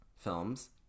Films